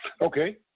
Okay